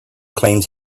claims